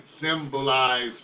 symbolize